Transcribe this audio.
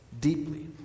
deeply